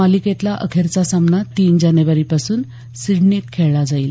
मालिकेतला अखेरचा सामना तीन जानेवारीपासून सिडनीत खेळला जाईल